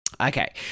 Okay